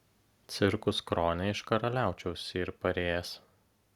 cirkus krone iš karaliaučiaus yr parėjęs